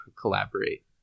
collaborate